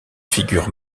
figure